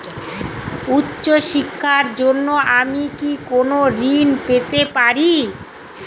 উচ্চশিক্ষার জন্য আমি কি কোনো ঋণ পেতে পারি?